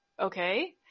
okay